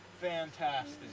fantastic